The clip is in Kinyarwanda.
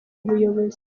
buyobozi